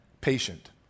patient